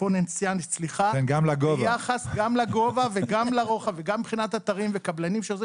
אקספוננציאלית ביחס גם לגובה וגם לרוחב וגם מבחינת אתרים וקבלנים,